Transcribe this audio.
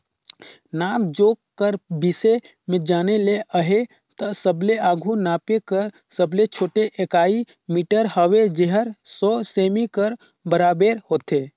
नाप जोख कर बिसे में जाने ले अहे ता सबले आघु नापे कर सबले छोटे इकाई मीटर हवे जेहर सौ सेमी कर बराबेर होथे